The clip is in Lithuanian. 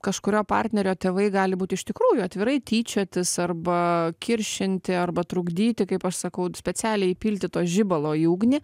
kažkurio partnerio tėvai gali būt iš tikrųjų atvirai tyčiotis arba kiršinti arba trukdyti kaip aš sakau specialiai įpilti to žibalo į ugnį